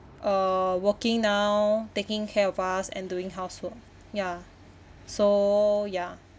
uh working now taking care of us and doing housework ya so ya